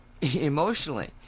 emotionally